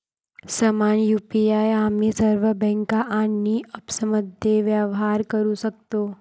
समान यु.पी.आई आम्ही सर्व बँका आणि ॲप्समध्ये व्यवहार करू शकतो